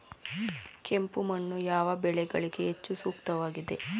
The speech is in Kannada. ಕೆಂಪು ಮಣ್ಣು ಯಾವ ಬೆಳೆಗಳಿಗೆ ಹೆಚ್ಚು ಸೂಕ್ತವಾಗಿದೆ?